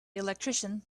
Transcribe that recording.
electrician